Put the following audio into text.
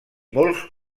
molts